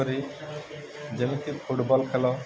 ଯେମିତିି football ଖେଲ